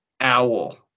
owl